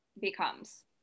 becomes